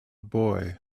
boy